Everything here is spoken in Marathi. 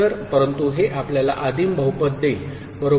तर परंतु हे आपल्याला आदिम बहुपद देईल बरोबर